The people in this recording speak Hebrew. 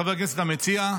חבר הכנסת המציע,